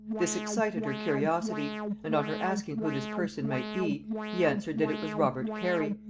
this excited her curiosity and on her asking who this person might be, he answered that it was robert cary,